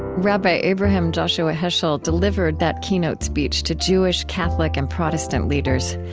rabbi abraham joshua heschel delivered that keynote speech to jewish, catholic, and protestant leaders.